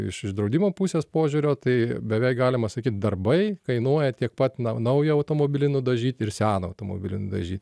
iš iš draudimo pusės požiūrio tai beveik galima sakyt darbai kainuoja tiek pat na naują automobilį nudažyt ir seną automobilį nudažy